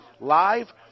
live